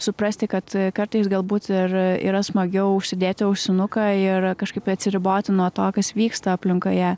suprasti kad kartais galbūt ir yra smagiau užsidėti ausinuką ir kažkaip atsiriboti nuo to kas vyksta aplinkoje